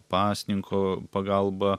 pasninko pagalba